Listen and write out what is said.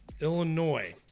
Illinois